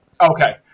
Okay